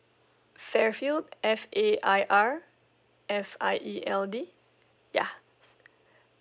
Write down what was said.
fairfield F A I R F I E L D ya